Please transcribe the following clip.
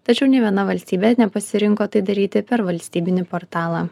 tačiau nė viena valstybė nepasirinko tai daryti per valstybinį portalą